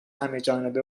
همهجانبه